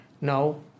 No